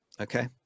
okay